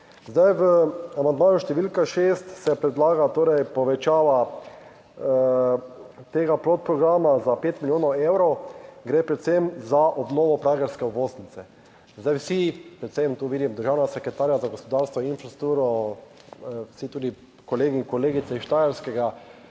Zdaj v amandmaju številka 6 se predlaga torej povečava tega podprograma za 5 milijonov evrov, gre predvsem za obnovo pragerske obvoznice. Zdaj vsi, predvsem tu vidim državnega sekretarja za gospodarstvo, infrastrukturo, vsi, tudi kolegi in kolegice iz Štajerskega,